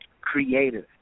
creative